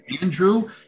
Andrew